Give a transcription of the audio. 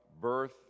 birth